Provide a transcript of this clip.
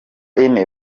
ine